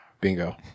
bingo